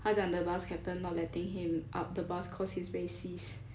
他讲 the bus captain not letting him up the bus cause he's racist